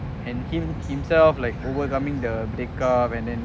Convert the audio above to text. and him himself overcoming the and then